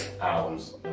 albums